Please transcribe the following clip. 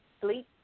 sleep